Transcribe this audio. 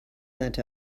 sent